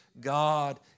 God